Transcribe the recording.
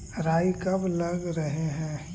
राई कब लग रहे है?